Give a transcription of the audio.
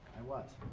i was.